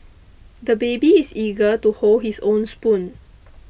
the baby is eager to hold his own spoon